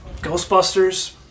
Ghostbusters